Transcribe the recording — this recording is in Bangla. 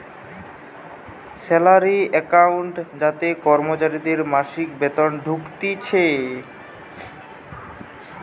স্যালারি একাউন্ট যাতে কর্মচারীদের মাসিক বেতন ঢুকতিছে